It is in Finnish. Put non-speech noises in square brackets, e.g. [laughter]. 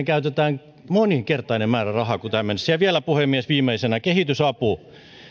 [unintelligible] käytetään moninkertainen määrä rahaa kuin tähän mennessä ja vielä puhemies viimeisenä kehitysapu